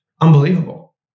Unbelievable